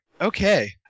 Okay